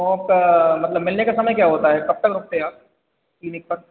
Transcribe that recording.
ओप मतलब मिलने के समय क्या होता है कब तक रुकते हैं आप क्लिनिक पर